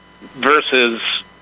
versus